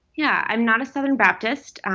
yeah. i'm not a southern baptist,